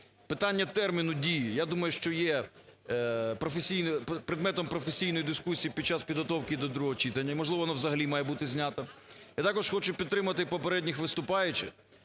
Питання терміну дії. Я думаю, що є предметом професійної дискусії під час підготовки до другого читання. Можливо, воно взагалі має бути знято. І також хочу підтримати попередніх виступаючих,